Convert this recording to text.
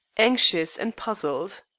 anxious and puzzled.